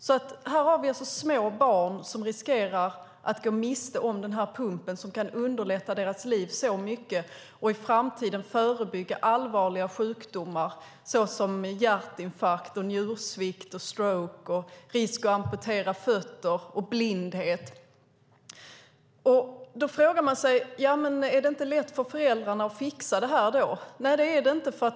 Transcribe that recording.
Här har vi alltså små barn som riskerar att gå miste om denna pump som kan underlätta deras liv så mycket och förebygga allvarliga sjukdomar som hjärtinfarkt, njursvikt, stroke, amputation av fötter och blindhet i framtiden. Då kan man fråga sig: Är det inte lätt för föräldrarna att fixa detta? Nej, det är det inte.